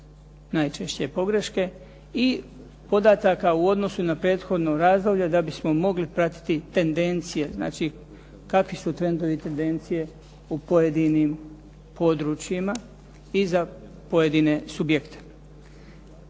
najčešće pogreške i podataka u odnosu na prethodno razdoblje da bismo mogli pratiti tendencije, znači kakvi su trendovi tendencije u pojedinim područjima i za pojedine subjekte.